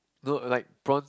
no like prawns